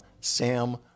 Sam